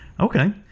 Okay